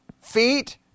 feet